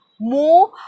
more